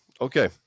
Okay